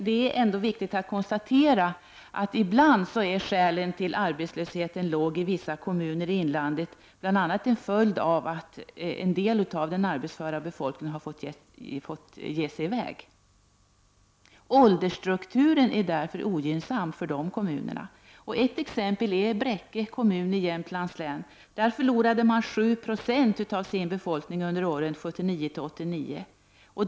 Det är dock viktigt att konstatera att skälen till att arbetslösheten är låg i vissa kommuner i inlandet bl.a. är en följd av att en del av den arbetsföra befolkningen fått ge sig i väg. Åldersstrukturen är alltså ogynnsam i dessa kommuner. Ett exempel är Bräcke kommun i Jämtlands län, som förlorade 7 96 av sin befolkning under åren 1979 — 1989.